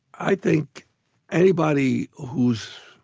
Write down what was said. i think anybody whose